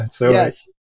Yes